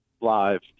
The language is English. live